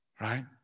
Right